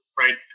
right